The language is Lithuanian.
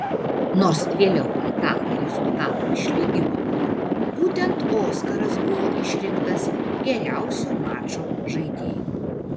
nors vėliau italai rezultatą išlygino būtent oskaras buvo išrinktas geriausiu mačo žaidėju